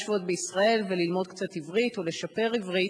שבועות בישראל ללמוד קצת עברית או לשפר עברית.